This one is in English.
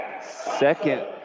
Second